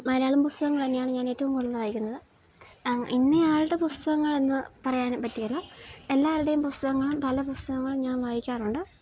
മലയാളം പുസ്തകങ്ങൾ തന്നെയാണ് ഞാനേറ്റവും കൂടുതൽ വായിക്കുന്നത് ഇന്നയാളുടെ പുസ്തകങ്ങളെന്ന് പറയാൻ പറ്റുകയില്ല എല്ലാവരുടെയും പുസ്തകങ്ങളും പല പുസ്തകങ്ങളും ഞാന് വായിക്കാറുണ്ട്